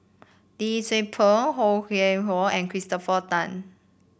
Lee Tzu Pheng Ho Yuen Hoe and Christopher Tan